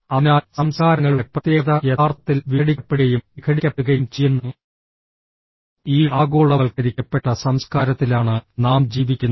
അതിനാൽ സംസ്കാരങ്ങളുടെ പ്രത്യേകത യഥാർത്ഥത്തിൽ വിഘടിക്കപ്പെടുകയും വിഘടിക്കപ്പെടുകയും ചെയ്യുന്ന ഈ ആഗോളവൽക്കരിക്കപ്പെട്ട സംസ്കാരത്തിലാണ് നാം ജീവിക്കുന്നത്